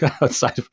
outside